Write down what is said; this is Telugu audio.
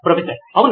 ప్రొఫెసర్ అవును